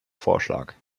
vorschlag